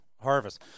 harvest